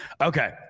Okay